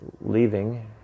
leaving